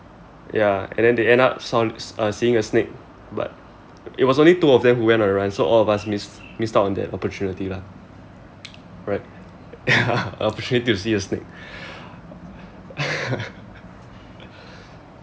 ya and then they end up sa~ seeing a snake but it was only two of them who went on the run so all of us missed missed out on that opportunity lah right opportunity to see a snake